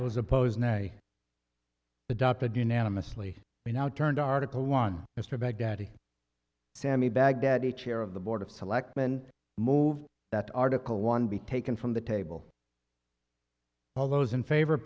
was opposed i adopted unanimously we now turned article one mr baghdadi sami baghdadi chair of the board of selectmen move that article one be taken from the table all those in favor